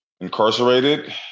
incarcerated